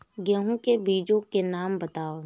गेहूँ के बीजों के नाम बताओ?